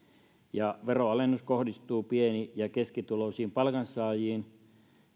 ja veronalennus kohdistuu pieni ja keskituloisiin palkansaajiin